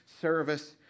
service